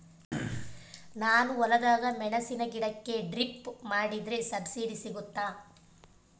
ನಾನು ಹೊಲದಾಗ ಮೆಣಸಿನ ಗಿಡಕ್ಕೆ ಡ್ರಿಪ್ ಮಾಡಿದ್ರೆ ಸಬ್ಸಿಡಿ ಸಿಗುತ್ತಾ?